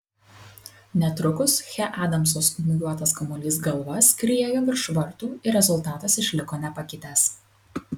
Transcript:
netrukus che adamso smūgiuotas kamuolys galva skriejo virš vartų ir rezultatas išliko nepakitęs